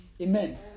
Amen